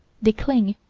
they cling.